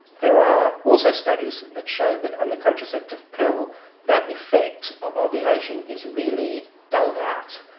there are also studies that show that on the contraceptive pill that effect of ovulation is really dulled out,